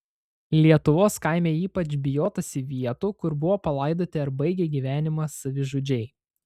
lietuvos kaime ypač bijotasi vietų kur buvo palaidoti ar baigė gyvenimą savižudžiai